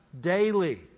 daily